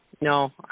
no